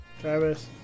Travis